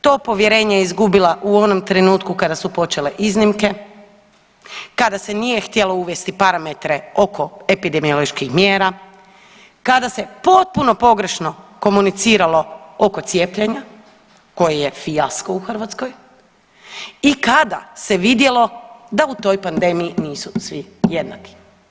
To povjerenje je izgubila u onom trenutku kada su počele iznimke, kada se nije htjelo uvesti parametre oko epidemioloških mjera, kada se potpuno pogrešno komuniciralo oko cijepljenja koji je fijasko u Hrvatskoj i kada se vidjelo da u toj pandemiji nisu svi jednaki.